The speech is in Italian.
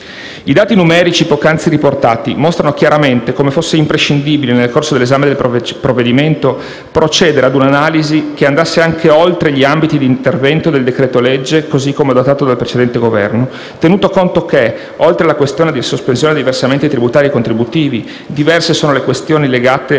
I dati numerici poc'anzi riportati mostrano chiaramente come fosse imprescindibile, nel corso dell'esame del provvedimento, procedere ad un'analisi che andasse anche oltre gli ambiti di intervento del decreto-legge, così come adottato del precedente Governo, tenuto conto che, oltre alla questione della sospensione dei versamenti tributari e contributivi, diverse sono le questioni legate alla